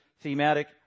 thematic